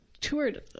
toured